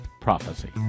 Prophecy